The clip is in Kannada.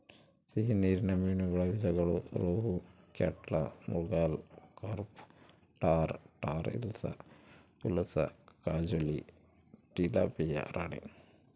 ಸಿಹಿ ನೀರಿನ ಮೀನುಗಳ ವಿಧಗಳು ರೋಹು, ಕ್ಯಾಟ್ಲಾ, ಮೃಗಾಲ್, ಕಾರ್ಪ್ ಟಾರ್, ಟಾರ್ ಹಿಲ್ಸಾ, ಪುಲಸ, ಕಾಜುಲಿ, ಟಿಲಾಪಿಯಾ ರಾಣಿ